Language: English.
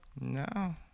No